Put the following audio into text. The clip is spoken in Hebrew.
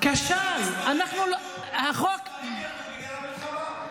כשל, החוק --- המספרים ירדו בגלל המלחמה.